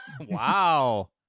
wow